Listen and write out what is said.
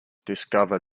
discover